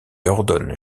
ordonne